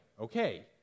okay